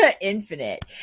infinite